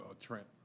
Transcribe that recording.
Trent